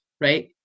right